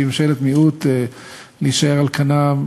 שהיא ממשלת מיעוט להישאר על כנה,